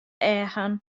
eagen